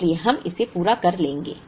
इसलिए हम इसे पूरा कर लेंगे